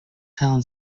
town